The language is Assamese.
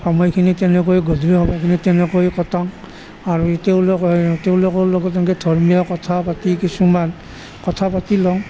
সময়খিনি তেনেকৈ গধূলা সময়খিনি তেনেকৈয়ে কটাওঁ আৰু তেওঁলোক তেওঁলোকৰ লগত এনেকৈ ধৰ্মীয় কথা পাতি কিছুমান কথা পাতি লওঁ